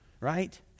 Right